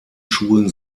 schulen